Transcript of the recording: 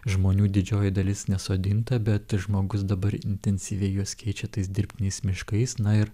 žmonių didžioji dalis nesodinta bet žmogus dabar intensyviai juos keičia tais dirbtiniais miškais na ir